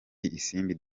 isimbi